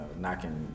knocking